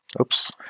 oops